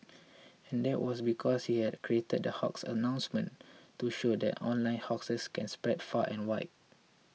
and that was because he had created the hoax announcement to show that online hoaxes can spread far and wide